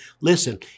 Listen